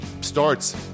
starts